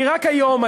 כי רק היום,